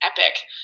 epic